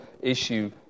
issue